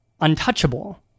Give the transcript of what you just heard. untouchable